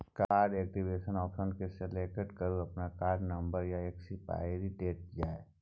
card activation option केँ select करु अपन कार्ड नंबर आ एक्सपाइरी डेट दए